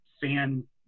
fan